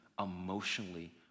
emotionally